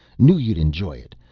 knew you'd enjoy it.